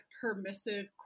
permissive